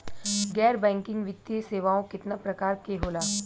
गैर बैंकिंग वित्तीय सेवाओं केतना प्रकार के होला?